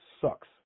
sucks